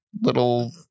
little